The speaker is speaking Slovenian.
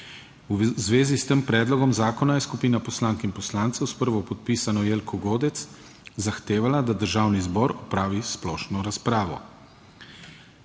V zvezi s tem predlogom zakona je skupina poslank in poslancev s prvopodpisano Jelko Godec zahtevala, da Državni zbor opravi splošno razpravo.